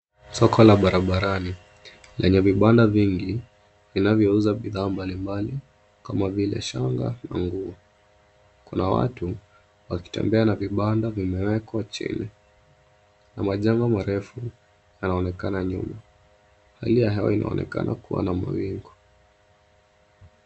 Soko la barabarani lenye vibanda vingi vinavyouza bidhaa mbali mbali kama vile: shanga na nguo. Kuna watu wakitembea na vibanda vimewekwa chini na majengo marefu yanaonekana nyuma. Hali ya hewa inaonekana kuwa na mawingu.